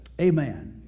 Amen